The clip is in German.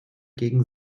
gegen